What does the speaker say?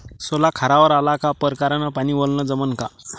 सोला खारावर आला का परकारं न पानी वलनं जमन का?